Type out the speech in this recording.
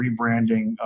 rebranding